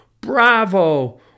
Bravo